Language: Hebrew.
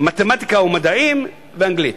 מתמטיקה ומדעים ואנגלית.